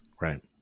Right